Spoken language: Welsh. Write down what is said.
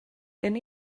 gen